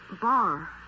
bar